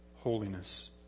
holiness